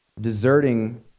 deserting